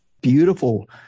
beautiful